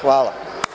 Hvala.